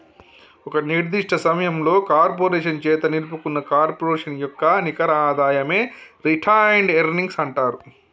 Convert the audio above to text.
ఒక నిర్దిష్ట సమయంలో కార్పొరేషన్ చేత నిలుపుకున్న కార్పొరేషన్ యొక్క నికర ఆదాయమే రిటైన్డ్ ఎర్నింగ్స్ అంటరు